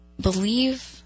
believe